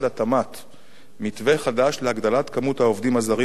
מתווה חדש להגדלת מספר העובדים הזרים בחקלאות תוך העסקת